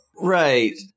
Right